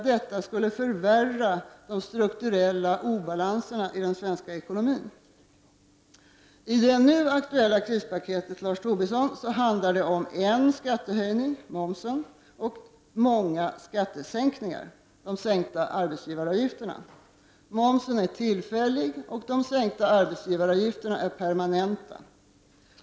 Detta skulle förvärra de strukturella obalanserna i den svenska ekonomin. I det nu aktuella krispaketet handlar det om en skattehöjning — den tillfälliga momshöjningen — och många skattesänkningar — de sänkta arbetsgivaravgifterna. Momshöjningen är tillfällig och de sänkta arbetsgivaravgifterna är permanenta.